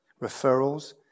referrals